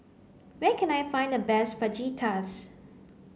where can I find the best Fajitas